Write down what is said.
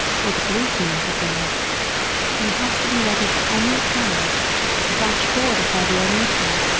or the policeman interferes you have to be ready for any chance to dash forward if there be an opening,